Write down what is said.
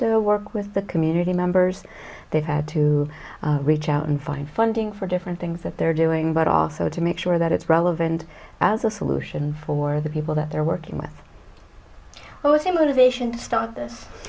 to work with the community members they've had to reach out and find funding for different things that they're doing but also to make sure that it's relevant as a solution for the people that they're working with always a motivation to start this